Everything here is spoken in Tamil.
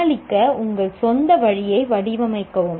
சமாளிக்க உங்கள் சொந்த வழியை வடிவமைக்கவும்